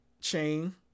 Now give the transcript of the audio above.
Chain